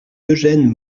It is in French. eugène